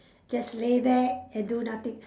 just lay back and do nothing